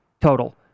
total